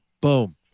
Boom